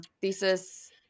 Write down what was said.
thesis